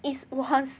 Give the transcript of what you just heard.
is 我很